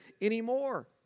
anymore